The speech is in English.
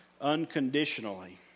unconditionally